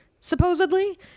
supposedly